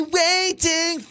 waiting